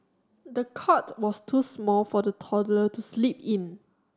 the cot was too small for the toddler to sleep in